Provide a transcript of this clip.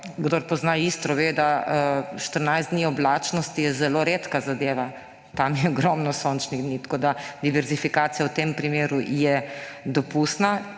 Kdor pozna Istro, ve, da 14 dni oblačnosti je zelo redka zadeva. Tam je ogromno sončnih dni, tako da diverzifikacija v tem primeru je dopustna,